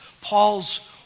Paul's